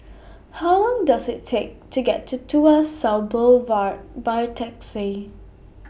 How Long Does IT Take to get to Tuas South Boulevard By Taxi